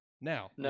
now